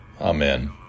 Amen